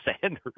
Sanders